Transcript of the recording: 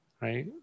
right